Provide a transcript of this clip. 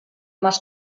más